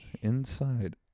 Inside